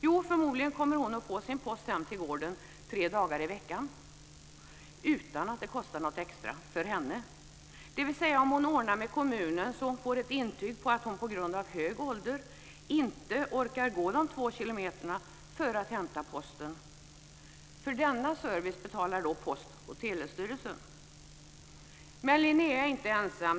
Jo, förmodligen kommer hon att få sin post hem till gården tre dagar i veckan utan att det kostar något extra för henne, dvs. om hon ordnar med kommunen så att hon får ett intyg på att hon på grund av hög ålder inte orkar gå de två kilometerna för att hämta posten. För denna service betalar då Post och telestyrelsen. Men Linnea är inte ensam.